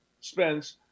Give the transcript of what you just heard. Spence